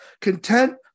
content